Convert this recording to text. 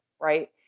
Right